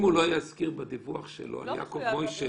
המשטרה מדווחת